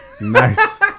Nice